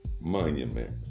monument